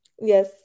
Yes